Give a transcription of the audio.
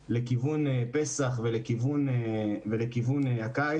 להסתכל לכיוון פסח ולכיוון הקיץ.